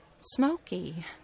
smoky